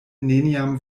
neniam